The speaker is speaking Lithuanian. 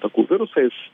takų virusais